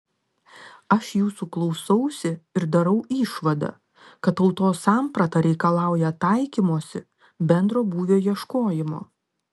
aš jūsų klausausi ir darau išvadą kad tautos samprata reikalauja taikymosi bendro būvio ieškojimo